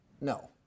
no